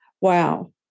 wow